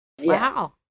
wow